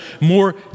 more